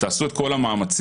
תעשו את כל המאמצים.